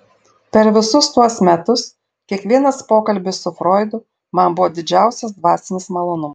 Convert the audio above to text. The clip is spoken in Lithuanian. per visus tuos metus kiekvienas pokalbis su froidu man buvo didžiausias dvasinis malonumas